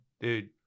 Dude